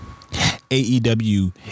AEW